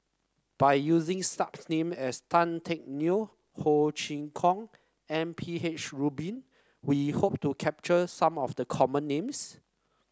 by using such names as Tan Teck Neo Ho Chee Kong and M P H Rubin we hope to capture some of the common names